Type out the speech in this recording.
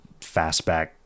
fastback